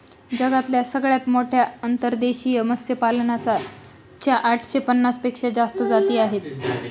जगातल्या सगळ्यात मोठ्या अंतर्देशीय मत्स्यपालना च्या आठशे पन्नास पेक्षा जास्त जाती आहे